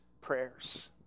prayers